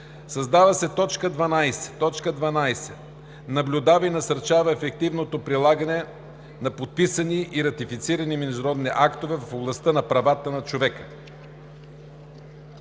Създава се т. 12: „12. наблюдава и насърчава ефективното прилагане на подписани и ратифицирани международни актове в областта на правата на човека;“.